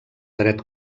dret